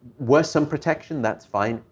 wear some protection, that's fine.